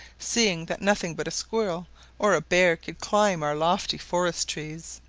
seeing that nothing but a squirrel or a bear could climb our lofty forest-trees.